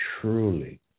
truly